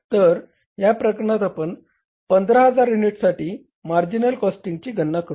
तर या प्रकरणात आपण 15000 युनिटसाठी मार्जिनल कॉस्टिंगची गणना करूया